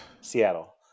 Seattle